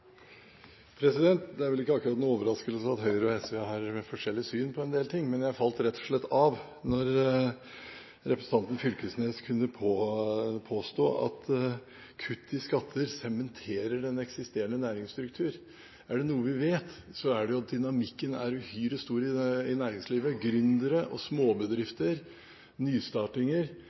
vel ikke akkurat noen overraskelse at Høyre og SV har forskjellig syn på en del ting, men jeg falt rett og slett av når representanten Knag Fylkesnes kunne påstå at kutt i skatter sementerer den eksisterende næringsstruktur. Er det noe vi vet, er det jo at dynamikken er uhyre stor i næringslivet. Gründere og småbedrifter, nystartinger,